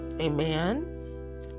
Amen